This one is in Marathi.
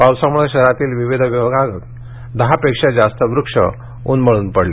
पावसामुळे शहरातील विविध भागात दहापेक्षा जास्त वृक्ष उन्मळून पडले